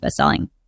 bestselling